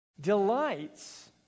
delights